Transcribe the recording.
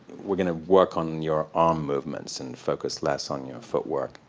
we're going to work on your arm movements and focus less on your foot work.